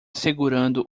segurando